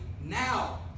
now